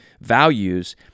values